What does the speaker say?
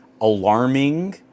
alarming